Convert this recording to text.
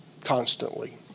constantly